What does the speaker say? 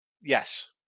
Yes